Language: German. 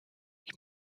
ich